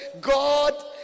God